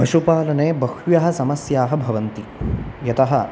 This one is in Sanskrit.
पशु पालने बह्व्यः समस्याः भवन्ति यतः